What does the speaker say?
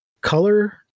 Color